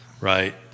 right